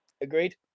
Agreed